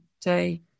day